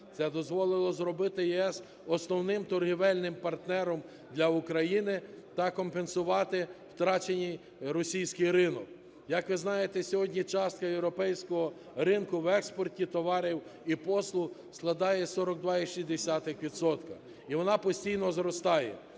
це дозволило зробити ЄС основним торгівельним партнером для України та компенсувати втрачений російський ринок. Як ви знаєте, сьогодні частка європейського ринку в експорті товарів і послуг складає 42,6 відсотка, і вона постійно зростає.